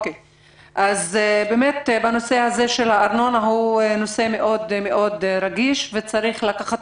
הנושא של הארנונה הוא נושא רגיש מאוד וצריך לקחת